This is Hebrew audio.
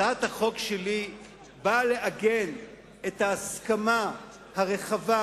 הצעת החוק שלי באה לעגן את ההסכמה הרחבה,